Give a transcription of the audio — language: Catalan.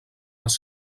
les